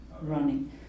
running